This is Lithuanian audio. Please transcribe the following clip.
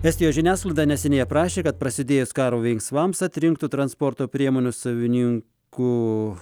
estijos žiniasklaida neseniai aprašė kad prasidėjus karo veiksmams atrinktų transporto priemonių savininkų